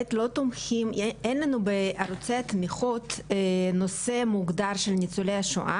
אין לנו באפיקי התמיכות נושא מוגדר של ניצולי השואה